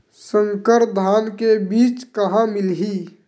संकर धान के बीज कहां मिलही?